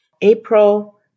April